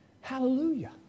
Hallelujah